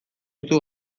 duzu